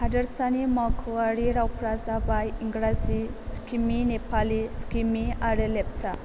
हादोरसानि मावख'वारि रावफ्रा जाबाय इंराजि सिक्किमि नेपालि सिक्किमि आरो लेप्चा